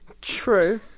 True